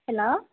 hello